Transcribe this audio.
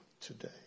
today